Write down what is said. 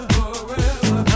forever